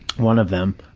one of them,